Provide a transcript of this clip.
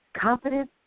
Confidence